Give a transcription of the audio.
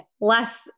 less